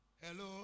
Hello